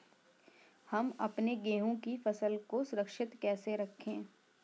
हम अपने गेहूँ की फसल को सुरक्षित कैसे रखें?